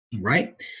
Right